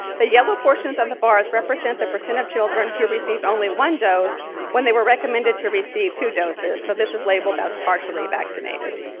the yellow portions of the bars represent the percent of children who received only one dose when they were recommended to receive two doses. so this is labeled as partially vaccinated.